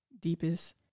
deepest